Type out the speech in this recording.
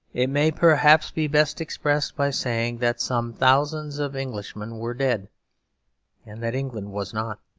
it may perhaps be best expressed by saying that some thousands of englishmen were dead and that england was not.